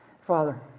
Father